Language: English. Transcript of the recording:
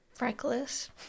Reckless